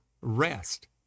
rest